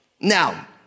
Now